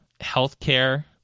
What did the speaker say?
healthcare